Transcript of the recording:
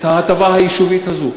ההטבה היישובית הזאת?